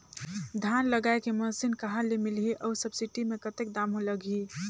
धान जगाय के मशीन कहा ले मिलही अउ सब्सिडी मे कतेक दाम लगही?